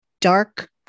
dark